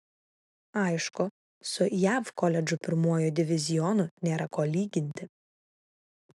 aišku su jav koledžų pirmuoju divizionu nėra ko lyginti